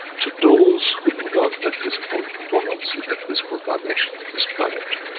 to those who do not the physical, who do not see the physical dimension of this planet,